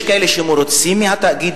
יש כאלה שמרוצים מהתאגיד,